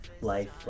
life